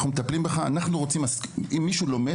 אנחנו מטפלים בך אם מישהו לומד,